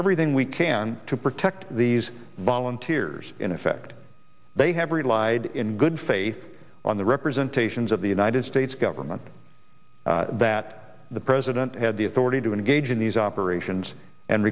everything we can to protect these volunteers in effect they have relied in good faith on the representation of the united states government that the president had the authority to engage in these operations and